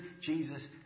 Jesus